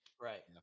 Right